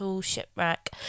shipwreck